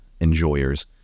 enjoyers